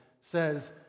says